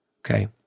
okay